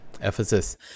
Ephesus